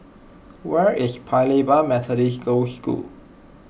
where is Paya Lebar Methodist Girls' School